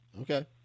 Okay